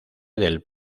del